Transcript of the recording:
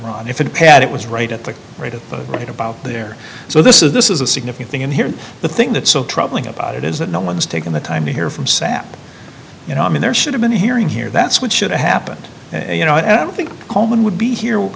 ron if it pat it was right at the right at the right about there so this is this is a significant thing and here's the thing that's so troubling about it is that no one's taken the time to hear from sap you know i mean there should have been hearing here that's what should have happened and you know i don't think coleman would be here